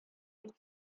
килеп